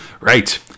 Right